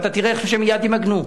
אתה תראה איך שהם מייד ימגנו.